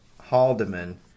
Haldeman